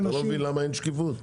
אתה מבין למה אין שקיפות?